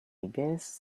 guess